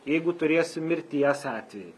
jeigu turėsim mirties atvejį